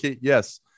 Yes